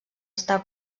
estar